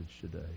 today